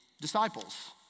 disciples